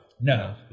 No